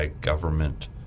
government